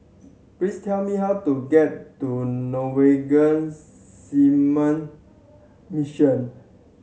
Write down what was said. please tell me how to get to Norwegian Seamen Mission